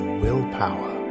willpower